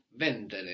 Vendere